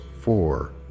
Four